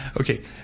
Okay